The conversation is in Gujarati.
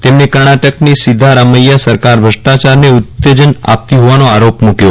તેમને કર્ણાટકની સિદ્ધારામૈયાહ સરકાર બ્રષ્ટાચારને ઉત્તેજન આપતી હોવાનો આરોપ મૂક્યો